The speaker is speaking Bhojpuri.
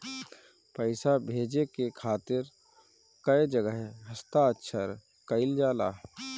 पैसा भेजे के खातिर कै जगह हस्ताक्षर कैइल जाला?